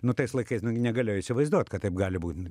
nu tais laikais negalėjo įsivaizduot kad taip gali būt